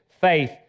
faith